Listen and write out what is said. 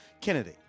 Kennedy